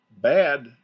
bad